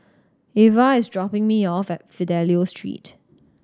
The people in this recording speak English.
Avah is dropping me off at Fidelio Street